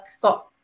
got